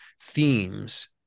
themes